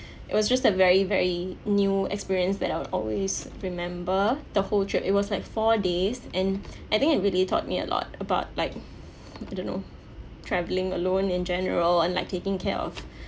it was just a very very new experience that I'll always remember the whole trip it was like four days and I think it really taught me a lot about like I don't know traveling alone in general and like taking care of